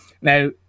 Now